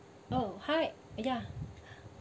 oh hi ya